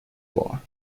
bar